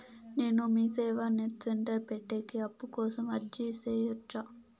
నేను MeeSeva net centre పెట్టేకి అప్పు కోసం అర్జీ సేయొచ్చా?